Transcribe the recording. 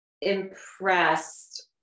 impressed